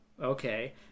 Okay